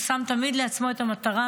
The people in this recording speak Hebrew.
הוא תמיד שם לעצמו את המטרה,